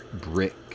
brick